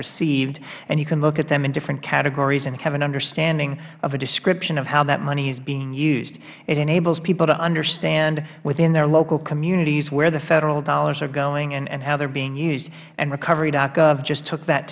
received you can look at them in different categories and have an understanding with a description of how that money is being used it enables people to understand within their local communities where the federal dollars are going and how they are being used and www recovery gov just took that